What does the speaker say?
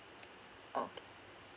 okay